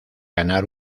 ganar